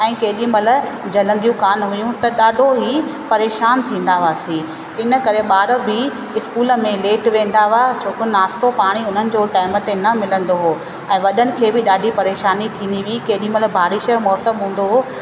ऐं केॾीमहिल जलंदियूं कोन हुयूं त ॾाढो ई परेशान थींदा हुआसीं इन करे ॿार बि स्कूल में लेट वेंदा हुआ छोकी नास्तो पाणी उन्हनि खे टाईम ते न मिलंदो हो ऐं वॾनि खे बि ॾाढी परेशानी थींदी हुई केॾीमहिल बारिश जो मौसम हूंदो हो